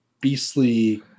beastly